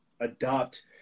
adopt